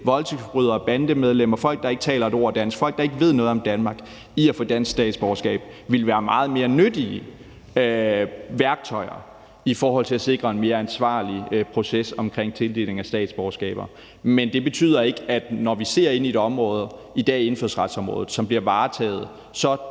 voldtægtsforbrydere, bandemedlemmer, folk, der ikke taler et ord dansk, og folk, der ikke ved noget om Danmark, i at få dansk statsborgerskab, ville være meget mere nyttige værktøjer i forhold til at sikre en mere ansvarlig proces i tildelingen af statsborgerskaber. Når vi ser ind i et område – i dag er det indfødsretsområdet – som bliver varetaget så